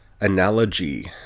analogy